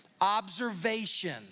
Observation